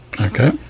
okay